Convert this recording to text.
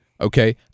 Okay